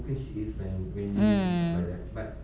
mm